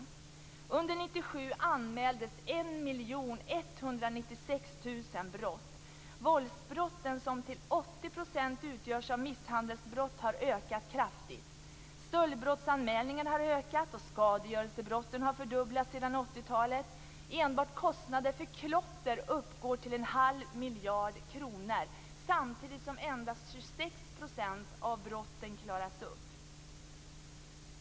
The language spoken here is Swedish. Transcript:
Under 1997 anmäldes 1 196 000 brott. Våldsbrotten, som till 80 % utgörs av misshandelsbrott, har ökat kraftigt. Stöldbrottsanmälningarna har ökat, och skadegörelsebrotten har fördubblats sedan 80-talet. Enbart kostnader för klotter uppgår till en halv miljard kronor, samtidigt som endast 26 % av brotten klaras upp.